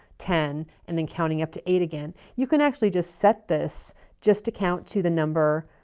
ten, and then counting up to eight again. you can actually just set this just to count to the number,